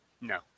No